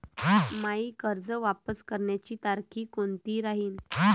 मायी कर्ज वापस करण्याची तारखी कोनती राहीन?